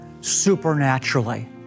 supernaturally